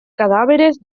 cadáveres